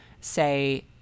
say